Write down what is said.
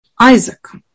Isaac